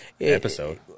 Episode